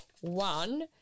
one